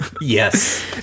Yes